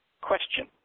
Question